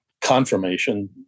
confirmation